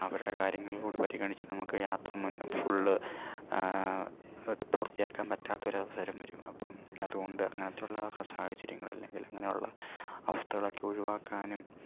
അവരുടെ കാര്യങ്ങൾകൂടി പരിഗണിച്ച് നമുക്ക് യാത്ര ഫുള്ള് അത് പൂർത്തിയാക്കാൻ പറ്റാത്തൊരവസരം വരും അപ്പം അതുകൊണ്ട് അങ്ങനത്തെയുള്ള സാഹചര്യങ്ങളില് അല്ലെങ്കിൽ അങ്ങനെയുള്ള അവസ്ഥകളൊക്കെ ഒഴിവാക്കാനും